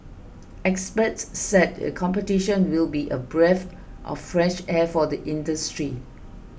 experts said the competition will be a breath of fresh air for the industry